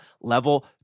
level